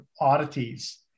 oddities